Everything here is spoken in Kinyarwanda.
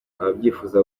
ababyifuza